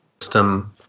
system